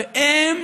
והם